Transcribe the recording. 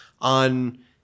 on